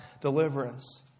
deliverance